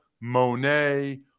Monet